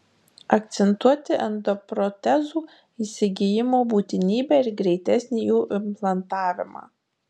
akcentuoti endoprotezų įsigijimo būtinybę ir greitesnį jų implantavimą